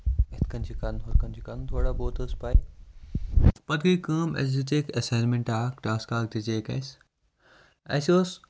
یِتھٕ کٔنۍ چھُ کَرُن ہُتھٕ کٔنۍ چھُ کَرُن تھوڑا بہت ٲسۍ پَے پَتہٕ گٔے کٲم اَسہِ دِژیکھ اٮ۪ساٮٔین مینٹا اکھ ٹاسکا اکھ دِژیکھ اسہِ اَسہِ اوس